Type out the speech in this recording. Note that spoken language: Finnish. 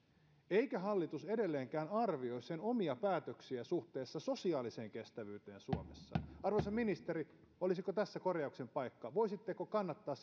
eikä hallitus edelleenkään arvioi sen omia päätöksiä suhteessa sosiaaliseen kestävyyteen suomessa arvoisa ministeri olisiko tässä korjauksen paikka voisitteko kannattaa